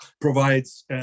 provides